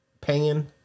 pan